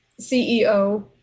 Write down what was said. CEO